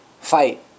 Fight